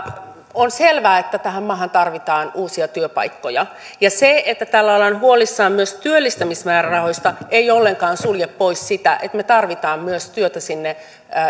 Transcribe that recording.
on selvää että tähän maahan tarvitaan uusia työpaikkoja se että täällä ollaan huolissaan myös työllistämismäärärahoista ei ollenkaan sulje pois sitä että me tarvitsemme työtä myös sinne